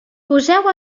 poseu